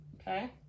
okay